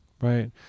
Right